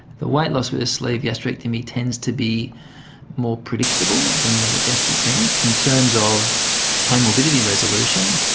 the weight loss with a sleeve gastrectomy tends to be more predictable than with a gastric band. in terms of comorbidity resolution,